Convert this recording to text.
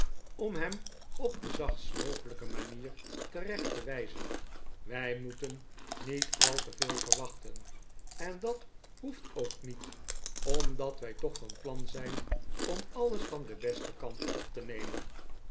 om hem op de zachtst mogelijke manier terecht te wijzen wij moeten niet al te veel verwachten en dat hoeft ook niet omdat wij toch van plan zijn om alles van den besten kant op te nemen